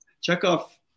Chekhov